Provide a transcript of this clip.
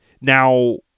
now